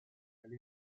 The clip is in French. elle